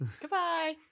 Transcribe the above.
Goodbye